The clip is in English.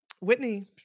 Whitney